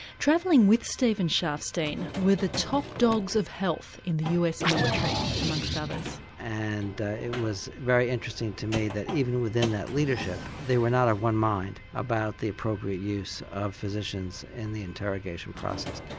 travelling with steven sharfstein were the top dogs of health in the us military, amongst others. and it was very interesting to me that even within that leadership they were not of one mind about the appropriate use of physicians in the interrogation process.